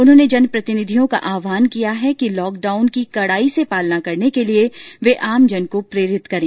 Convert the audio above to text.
उन्होंने जनप्रतिनिधियों का आहवान किया कि लॉकडाउन की कड़ाई से पालना करने के लिए वे आमजन को प्रेरित करें